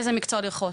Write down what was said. איזה מקצוע לרכוש,